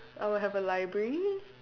I will have a library